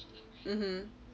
mmhmm